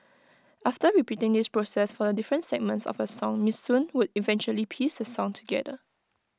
after repeating this process for the different segments of A song miss soon would eventually piece the song together